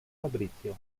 fabrizio